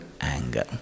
anger